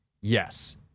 Yes